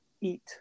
eat